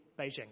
Beijing